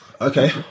okay